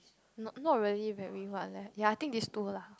not not really very what leh ya I think these two lah